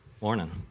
Morning